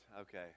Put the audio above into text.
Okay